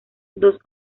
dos